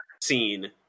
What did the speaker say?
scene